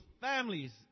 families